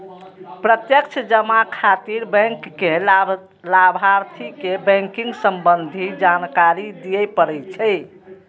प्रत्यक्ष जमा खातिर बैंक कें लाभार्थी के बैंकिंग संबंधी जानकारी दियै पड़ै छै